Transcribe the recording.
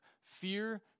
fear